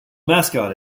mascot